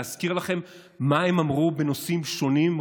להזכיר לכם מה הם אמרו בנושאים שונים,